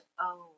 own